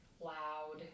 loud